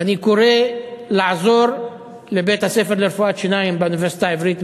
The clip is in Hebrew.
ואני קורא לעזור לבית-הספר לרפואת שיניים באוניברסיטה העברית,